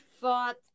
thought